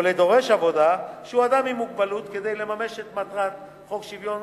לדורש עבודה שהוא אדם עם מוגבלות כדי לממש את מטרת חוק שוויון